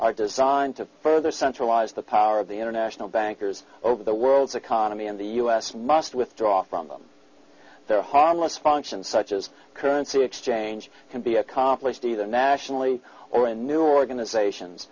are designed to further centralize the power of the international bankers over the world's economy and the us must withdraw from them their harmless functions such as currency exchange can be accomplished either nationally or in new organizations